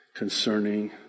concerning